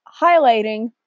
highlighting